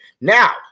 Now